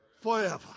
forever